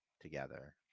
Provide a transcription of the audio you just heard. together